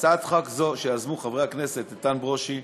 בהצעת חוק זו, שיזמו חברי הכנסת איתן ברושי,